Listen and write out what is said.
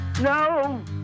No